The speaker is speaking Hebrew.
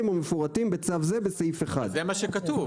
המפורטים בצו זה בסעיף 1. אבל זה מה שכתוב.